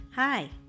Hi